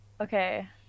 okay